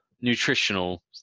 nutritional